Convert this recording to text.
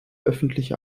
öffentliche